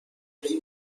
این